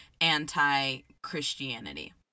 anti-Christianity